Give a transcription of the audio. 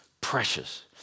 precious